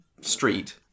street